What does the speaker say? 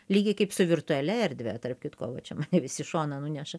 lygiai kaip su virtualia erdve tarp kitko va čia mane vis į šoną nuneša